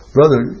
Brother